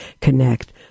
connect